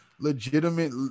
legitimate